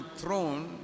throne